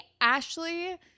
Ashley